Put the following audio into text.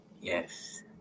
Yes